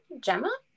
Gemma